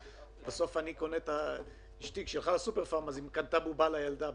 בסוף כשאשתי הלכה לסופר פארם היא קנתה בובה לילדה.